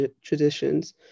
traditions